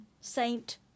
Saint